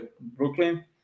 Brooklyn